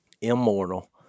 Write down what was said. immortal